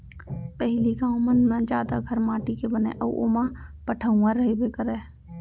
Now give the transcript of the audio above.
पहिली गॉंव मन म जादा घर माटी के बनय अउ ओमा पटउहॉं रइबे करय